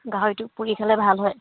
গাহৰিটো পুহি খালে ভাল হয়